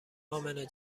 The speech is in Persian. امنه